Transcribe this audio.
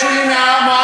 הגברת שולי מועלם,